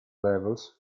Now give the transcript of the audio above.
levels